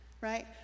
right